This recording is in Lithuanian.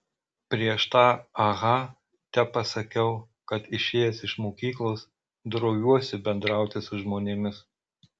prieš tą aha tepasakiau kad išėjęs iš mokyklos droviuosi bendrauti su žmonėmis